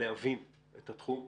להבין את התחום.